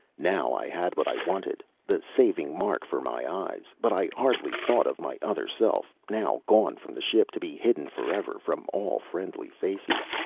now i had what i wanted the saving mark for my eyes. but i hardly thought of my other self, now gone from the ship, to be hidden forever from all friendly faces,